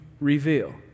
reveal